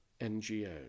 NGO